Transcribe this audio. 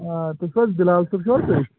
آ تُہۍ چھُو حظ بِلال صٲب چھُو حظ تُہۍ